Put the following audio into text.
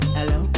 Hello